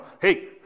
Hey